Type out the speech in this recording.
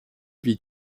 vit